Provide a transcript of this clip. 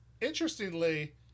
Interestingly